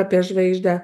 apie žvaigždę